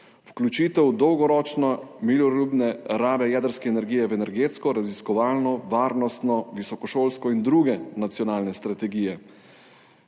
vključitev dolgoročno miroljubne rabe jedrske energije v energetsko, raziskovalno, varnostno, visokošolsko in druge nacionalne strategije,